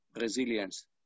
resilience